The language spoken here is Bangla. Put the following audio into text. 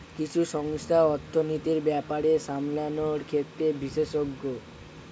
কিছু সংস্থা অর্থনীতির ব্যাপার সামলানোর ক্ষেত্রে বিশেষজ্ঞ